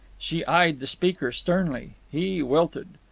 she eyed the speaker sternly. he wilted.